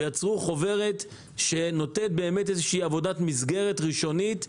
ויצרו חוברת של עבודת מסגרת ראשונית.